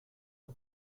are